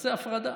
תעשה הפרדה: